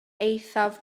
eithaf